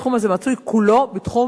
התחום הזה מצוי כולו בתחום